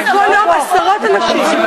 זה כל יום עשרות אנשים.